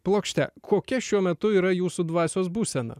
plokšte kokia šiuo metu yra jūsų dvasios būsena